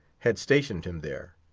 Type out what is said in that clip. had stationed him there?